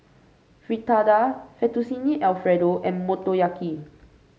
Fritada Fettuccine Alfredo and Motoyaki